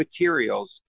materials